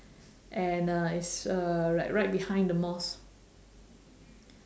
and uh it's uh righ~ right behind the mosque